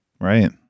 right